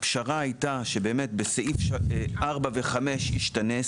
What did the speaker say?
הפשרה הייתה שבאמת בסעיף 4 ו-5 ישתנה,